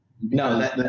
no